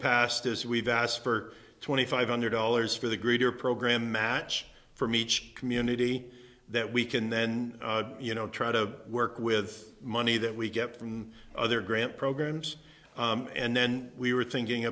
past is we've asked for twenty five hundred dollars for the greater program match from each community that we can then you know try to work with money that we get from other grant programs and then we were thinking